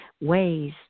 ways